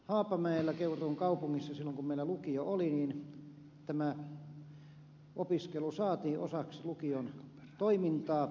haapamäellä keuruun kaupungissa silloin kun meillä lukio oli tämä opiskelu saatiin osaksi lukion toimintaa